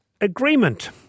agreement